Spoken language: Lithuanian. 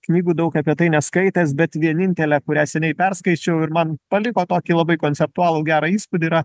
knygų daug apie tai neskaitęs bet vienintelė kurią seniai perskaičiau ir man paliko tokį labai konceptualų gerą įspūdį yra